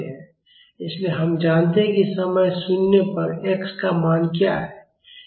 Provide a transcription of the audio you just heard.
इसलिए हम जानते हैं कि समय 0 पर x का मान क्या है